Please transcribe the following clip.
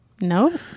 No